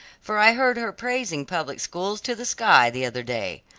for i heard her praising public schools to the sky the other day.